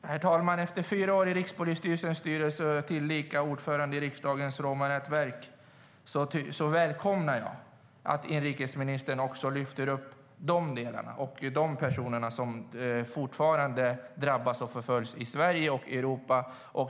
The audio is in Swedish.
Herr talman! Efter fyra år i Rikspolisstyrelsens styrelse, tillika ordförande i riksdagens nätverk för romska frågor, välkomnar jag att inrikesministern också lyfter upp de delarna och de personerna, som fortfarande drabbas och förföljs i Sverige och Europa.